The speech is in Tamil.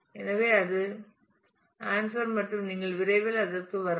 எனவே அது ஆன்சர் மற்றும் நீங்கள் விரைவில் அதற்கு வரலாம்